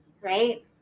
right